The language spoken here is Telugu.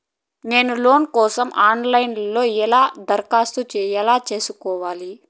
నేను లోను కోసం ఆన్ లైను లో ఎలా దరఖాస్తు ఎలా సేసుకోవాలి?